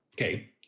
Okay